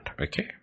Okay